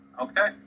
Okay